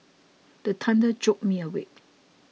the thunder jolt me awake